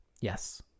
Yes